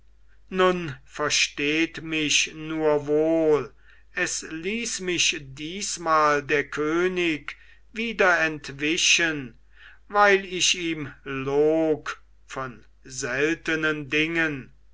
nun versteht mich nur wohl es ließ mich diesmal der könig wieder entwischen weil ich ihm log von seltenen dingen